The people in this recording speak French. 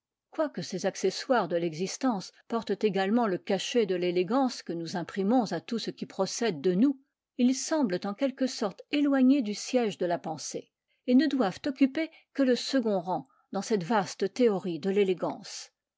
quoique ces accessoires de l'existence portent également le cachet de l'élégance que nous imprimons à tout ce qui procède de nous ils semblent en quelque sorte éloignés du siège de la pensée et ne doivent occuper que le second rang dans cette vaste théorie de l'élégance